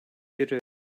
biri